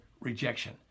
rejection